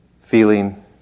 feeling